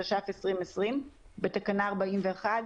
התש"ף-2020 בתקנה 41,